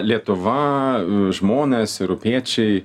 lietuva žmonės europiečiai